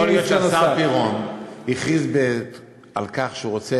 יכול להיות שהשר פירון הכריז על כך שהוא רוצה